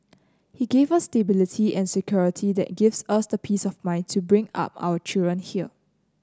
he gave us stability and security that gives us the peace of mind to bring up our children here